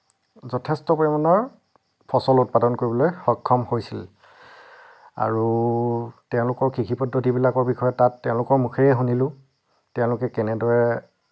যথেষ্ট পৰিমাণৰ ফচল উৎপাদন কৰিবলৈ সক্ষম হৈছিল আৰু তেওঁলোকৰ কৃষি পদ্ধতিবিলাকৰ বিষয়ে তাত তেওঁলোকৰ মুখেৰেই শুনিলোঁ তেওঁলোকে কেনেদৰে